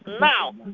Now